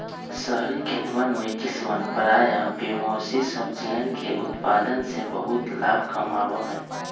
शहरी खेतवन में किसवन प्रायः बेमौसमी सब्जियन के उत्पादन से बहुत लाभ कमावा हई